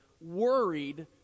worried